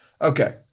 Okay